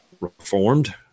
reformed